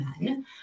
men